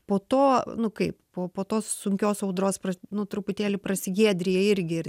po to nu kaip po po tos sunkios audros nu truputėlį prasigiedrija irgi